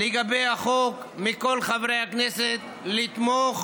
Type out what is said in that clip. לגבי החוק, מכל חברי הכנסת לתמוך